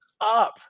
up